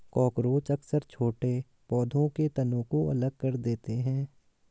cockroach अक्सर छोटे पौधों के तनों को अलग कर देते हैं